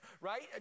Right